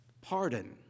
pardon